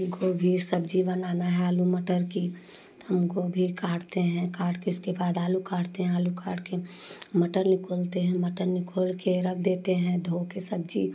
गोभी सब्ज़ी बनाना है आलू मटर की तो हम गोभी काटते हैं काट के उसके बाद आलू काटते हैं आलू काट के मटर निकालते हैं मटर निकाल कर रख देते हैं धोकर सब्ज़ी